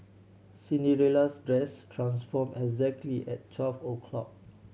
Cinderella's dress transformed exactly at twelve o' clock